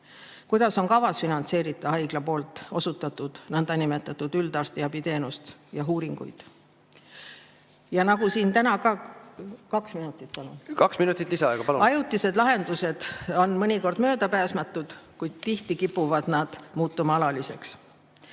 Kuidas on kavas finantseerida haigla osutatud nõndanimetatud üldarstiabiteenust ja uuringuid? Ja nagu siin täna ka ... Kaks minutit, palun! Kaks minutit lisaaega. Palun! Kaks minutit lisaaega. Palun! Ajutised lahendused on mõnikord möödapääsmatud, kuid tihti kipuvad nad muutuma alaliseks.